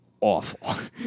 awful